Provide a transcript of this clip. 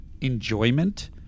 enjoyment